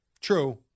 True